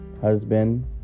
husband